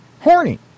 horny